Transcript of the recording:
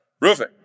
roofing